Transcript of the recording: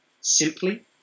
simply